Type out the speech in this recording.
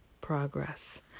progress